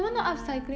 ya